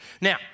Now